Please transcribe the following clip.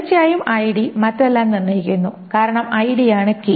തീർച്ചയായും ഐഡി മറ്റെല്ലാം നിർണ്ണയിക്കുന്നു കാരണം ഐഡിയാണ് കീ